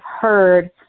heard –